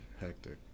hectic